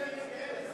ההצעה להסיר